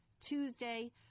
Tuesday